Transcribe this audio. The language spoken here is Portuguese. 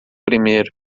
primeiro